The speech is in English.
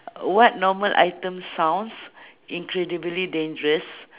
what normal item sounds incredibly dangerous